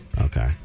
Okay